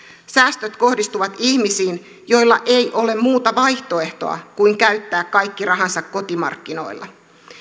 säästöt kohdistuvat ihmisiin joilla ei ole muuta vaihtoehtoa kuin käyttää kaikki rahansa kotimarkkinoilla